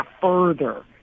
further